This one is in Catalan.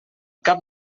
cap